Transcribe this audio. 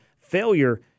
failure